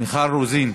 רוזין,